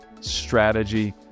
strategy